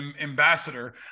ambassador